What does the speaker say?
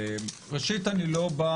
ראשית אני לא בא